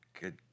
good